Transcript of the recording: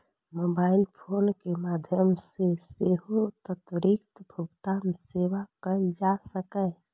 mobile phone के माध्यम सं सेहो त्वरित भुगतान सेवा कैल जा सकैए